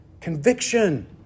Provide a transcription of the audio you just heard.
Conviction